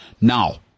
Now